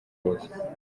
kuza